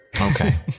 Okay